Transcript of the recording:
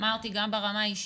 אמרתי גם ברמה האישית,